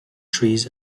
trees